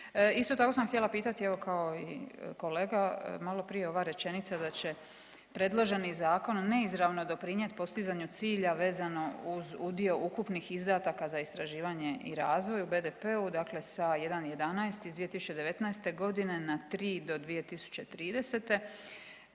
Isto tako sam htjela pitati evo kao i kolega maloprije, ova rečenica da će predloženi zakon neizravno doprinjet postizanju cilja vezano uz udio ukupnih izdataka za istraživanje i razvoj u BDP-u, dakle sa 1,11 iz 2019.g. na 3 do 2030., to